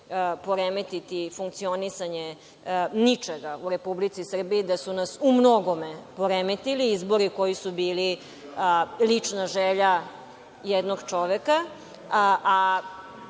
poremetiti funkcionisanje ničega u Republici Srbiji umnogome poremetili, izbori koji su bili lična želja jednog čoveka,